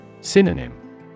Synonym